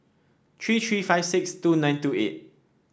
three three five six two nine two eight